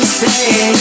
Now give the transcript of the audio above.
say